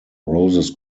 roses